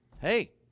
Hey